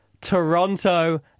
Toronto